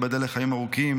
תיבדל לחיים ארוכים,